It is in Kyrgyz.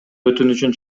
өтүнүчүн